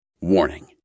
Warning